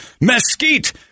mesquite